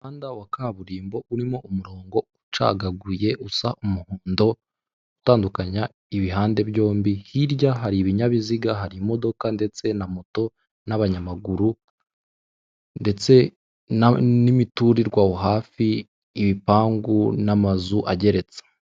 Umuhanda wa kaburimbo urimo umuronko ucagaguye usa umuhondo utandukanya ibihande byombi. Hirya hari ibinyabiziga, hari imodoka ndetse na moto, n'abanyamaguru, ndetse n'imiturirwa aho hafi, ibipangu n'amazu ageretse.